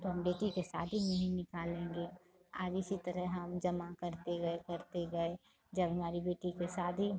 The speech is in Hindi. तो हम बेटी के शादी में ही निकालेंगे अर इसी तरह हम जमा करते गए करते गए जब हमारी बेटी के शादी